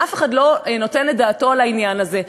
ואף אחד לא נותן את דעתו לעניין הזה,